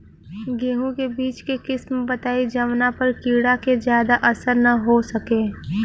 गेहूं के बीज के किस्म बताई जवना पर कीड़ा के ज्यादा असर न हो सके?